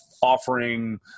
offering